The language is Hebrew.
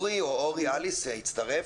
אוּרי או אוֹרי אליס הצטרף?